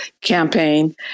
campaign